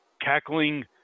cackling